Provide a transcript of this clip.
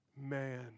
man